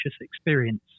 experience